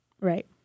Right